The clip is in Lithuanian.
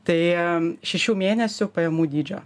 tai šešių mėnesių pajamų dydžio